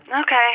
Okay